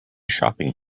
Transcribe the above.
shopping